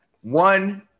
One